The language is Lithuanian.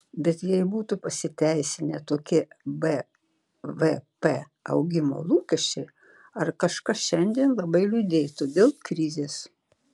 bet jei būtų pasiteisinę tokie bvp augimo lūkesčiai ar kažkas šiandien labai liūdėtų dėl krizės